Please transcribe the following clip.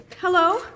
Hello